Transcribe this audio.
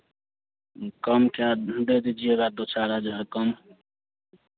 कम क्या दे दीजिएगा दो चार हज़ार कम